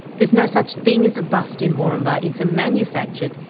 there's no such thing as a bust in moranbah. it's a manufactured,